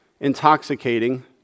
intoxicating